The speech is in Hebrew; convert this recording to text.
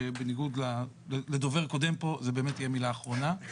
ובניגוד לדובר קודם פה, זו באמת תהיה מילה אחרונה.